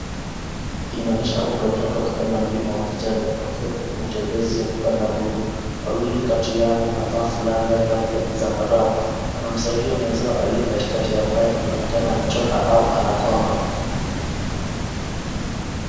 Inaonyesha watu watatu wakipanda mlima wa kijani, wakiwa kwenye matembezi ya kupanda mlima, wawili kati yao wanavaa fulana ya rangi ya zambarau, wanamsaidia mwenzao aliye katikati ambaye anaonekana amechoka au amekwama.